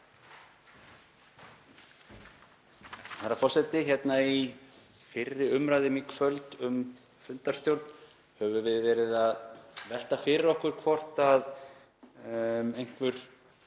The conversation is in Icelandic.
Herra forseti. Hérna í fyrri umræðum í kvöld um fundarstjórn höfum við verið að velta fyrir okkur hvort einhver